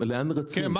לאן רצים?